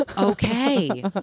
Okay